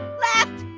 left!